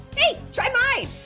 hey, try mine.